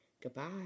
Goodbye